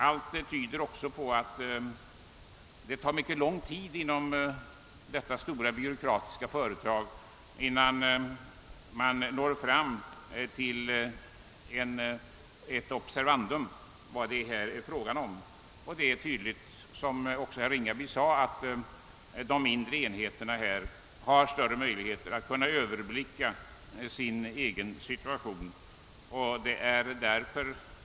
Allt tyder också på att det tar lång tid innan detta stora byråkratiska företag observerar vad det är fråga om. Som herr Ringaby sade har de mindre enheterna tydligen större möjligheter att överblicka sin situation.